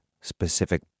specific